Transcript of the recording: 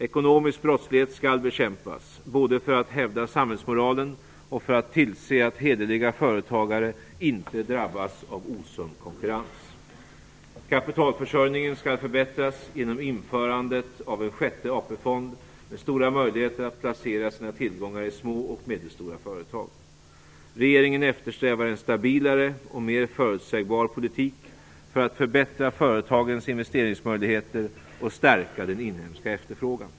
Ekonomisk brottslighet skall bekämpas - både för att hävda samhällsmoralen och för att tillse att hederliga företagare inte drabbas av osund konkurrens. Kapitalförsörjningen skall förbättras genom införandet av en sjätte AP-fond med stora möjligheter att placera sina tillgångar i små och medelstora företag. Regeringen eftersträvar en stabilare och mer förutsägbar politik för att förbättra företagens investeringsmöjligheter och stärka den inhemska efterfrågan.